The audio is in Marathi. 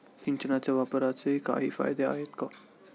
सिंचनाच्या वापराचे काही फायदे आहेत का?